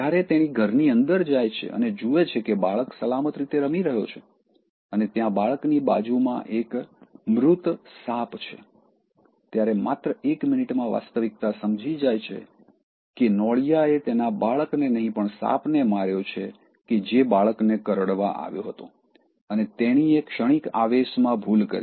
જ્યારે તેણી ઘરની અંદર જાય છે અને જુએ છે કે બાળક સલામત રીતે રમી રહ્યો છે અને ત્યાં બાળકની બાજુમાં એક મૃત સાપ છે ત્યારે માત્ર એક મિનિટમાં વાસ્તવિકતા સમજી જાય છે કે નોળિયાએ તેના બાળકને નહીં પણ સાપને માર્યો છે કે જે બાળકને કરડવા આવ્યો હતો અને તેણીએ ક્ષણિક આવેશમાં ભૂલ કરી